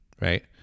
right